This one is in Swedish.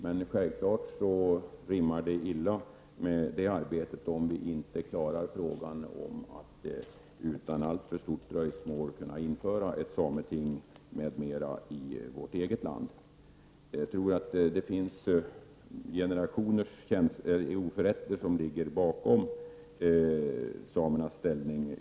Men självfallet rimmar det mycket illa med det arbetet om vi i Sverige inte klarar av att utan alltför mycket dröjsmål inrätta ett sameting m.m. i vårt eget land. Jag tror att generationers oförrätter i många fall ligger bakom samernas ställning.